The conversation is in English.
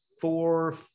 four –